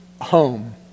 home